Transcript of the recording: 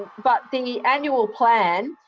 but the annual plan,